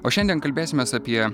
o šiandien kalbėsimės apie